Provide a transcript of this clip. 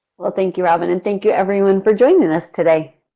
well, thank you robyn and thank you everyone for joining us today.